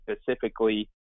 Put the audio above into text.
specifically